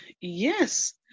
yes